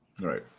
Right